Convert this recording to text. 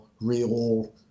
real